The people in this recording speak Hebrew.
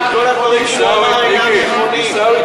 כל הדברים שהוא אמר אינם נכונים.